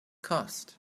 cost